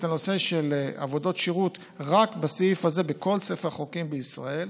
הנושא של עבודות שירות רק בסעיף הזה בכל ספר החוקים בישראל,